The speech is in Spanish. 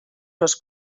los